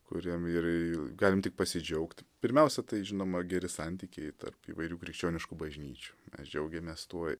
kuriam ir galime tik pasidžiaugti pirmiausia tai žinoma geri santykiai tarp įvairių krikščioniškų bažnyčių mes džiaugiamės tuo